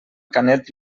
canet